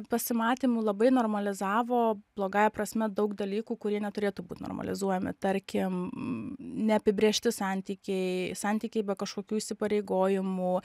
pasimatymų labai normalizavo blogąja prasme daug dalykų kurie neturėtų būt normalizuojami tarkim neapibrėžti santykiai santykiai be kažkokių įsipareigojimų